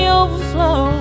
overflow